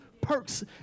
perks